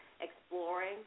Exploring